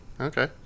okay